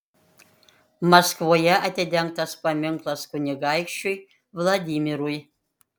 maskvoje atidengtas paminklas kunigaikščiui vladimirui